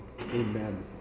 Amen